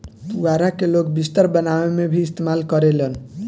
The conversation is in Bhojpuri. पुआरा के लोग बिस्तर बनावे में भी इस्तेमाल करेलन